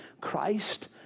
Christ